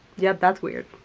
yep. that's weird.